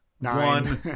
nine